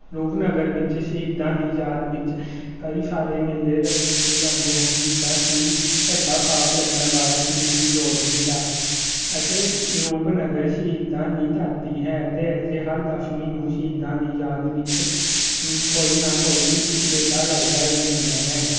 ਰੂਪਨਗਰ ਵਿੱਚ ਸ਼ਹੀਦਾਂ ਦੀ ਯਾਦ ਵਿੱਚ ਕਈ ਸਾਰੇ ਮੇਲੇ ਰੱਖੇ ਜਾਂਦੇ ਹਨ ਜਿੱਦਾਂ ਕਿ ਭੱਠਾ ਸਾਹਿਬ ਲੱਗਣ ਵਾਲਾ ਸ਼ਹੀਦੀ ਜੋੜ ਮੇਲਾ ਅਤੇ ਰੂਪਨਗਰ ਸ਼ਹੀਦਾਂ ਦੀ ਧਰਤੀ ਹੈ ਅਤੇ ਇੱਥੇ ਹਰ ਦਸਮੀ ਨੂੰ ਸ਼ਹੀਦਾਂ ਦੀ ਯਾਦ ਵਿੱਚ ਕੋਈ ਨਾ ਕੋਈ ਮੇਲਾ ਲੱਗਦਾ ਹੀ ਰਹਿੰਦਾ ਹੈ